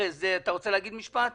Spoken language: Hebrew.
שתי הערות